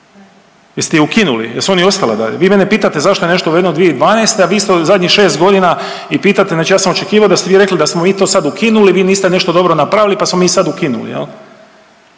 jeste ih ukinuli, jesu oni ostala dalje? Vi mene pitate zašto je nešto uvedeno 2012., a vi ste zadnjih 6.g. i pitate me, znači ja sam očekivao da ste vi rekli da smo mi to sad ukinuli, vi niste nešto dobro napravili, pa smo mi sad ukinuli